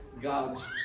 god's